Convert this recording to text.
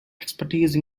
expertise